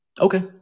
Okay